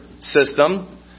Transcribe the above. system